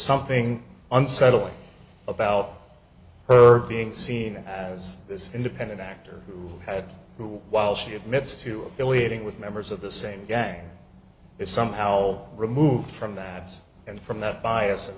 something unsettling about her being seen as this independent actor who had who while she admits to affiliating with members of the same gang is somehow removed from that and from that bias